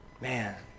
Man